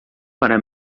para